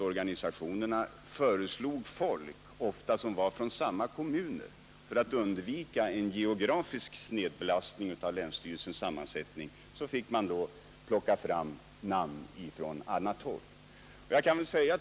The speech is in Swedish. Organisatio nerna föreslog nämligen ofta folk från samma kommuner, och för att undvika en geografisk snedbelastning av länsstyrelsens sammansättning fick man då plocka fram namn från annat håll.